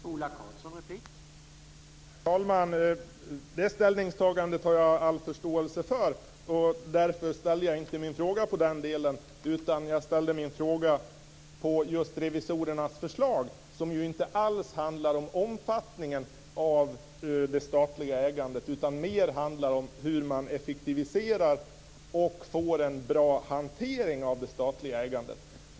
Herr talman! Det ställningstagandet har jag all förståelse för. Därför ställde jag inte min fråga på den delen, utan jag ställde den på revisorernas förslag. Detta handlar ju inte alls om omfattningen av det statliga ägandet utan mer om hur man effektiviserar och får en bra hantering av det statliga ägandet.